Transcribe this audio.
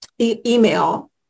email